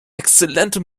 exzellentem